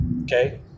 okay